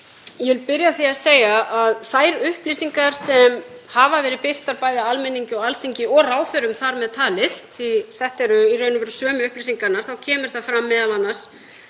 Ég vil byrja á því að segja að þær upplýsingar sem hafa verið birtar bæði almenningi og Alþingi, og ráðherrum þar með talið, því þetta eru í raun og veru sömu upplýsingarnar, sýna að afslátturinn